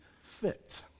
fit